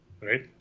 right